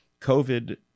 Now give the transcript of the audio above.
COVID